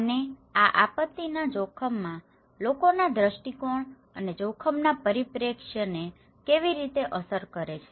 અને આ આપત્તિના જોખમમાં લોકોના દ્રષ્ટિકોણ અને જોખમના પરિપ્રેક્ષ્યને કેવી રીતે અસર કરે છે